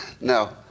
No